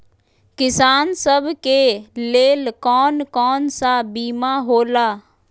किसान सब के लेल कौन कौन सा बीमा होला?